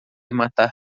matar